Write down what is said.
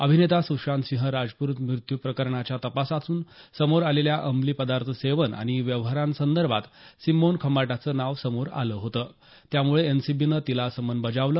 अभिनेता सुशांतसिंह राजपूत मृत्यू प्रकरणाच्या तपासातून समोर आलेल्या अंमली पदार्थ सेवन आणि व्यवहारांसंदर्भात सिमोन खंबाटाचं नाव समोर आलं होतं त्यामुळे एनसीबीने तिला समन बजावलं